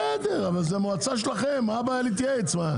אבל זו מועצה שלכם, מה הבעיה להתייעץ?